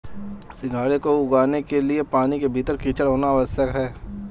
सिंघाड़े को उगाने के लिए पानी के भीतर कीचड़ होना आवश्यक है